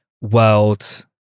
world